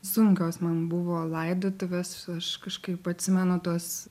sunkios man buvo laidotuvės aš kažkaip atsimenu tuos